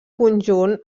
conjunt